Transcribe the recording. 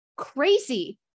crazy